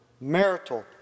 marital